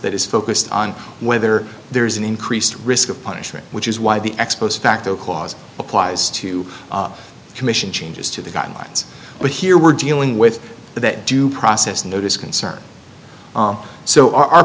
that is focused on whether there is an increased risk of punishment which is why the ex post facto clause applies to the commission changes to the guidelines but here we're dealing with that due process notice concern so our